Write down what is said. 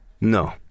No